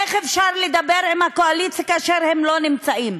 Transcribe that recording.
איך אפשר לדבר עם הקואליציה כאשר הם לא נמצאים?